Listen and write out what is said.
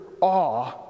awe